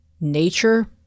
nature